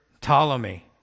ptolemy